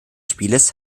spieles